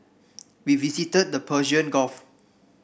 we visited the Persian Gulf